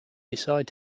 decide